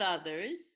others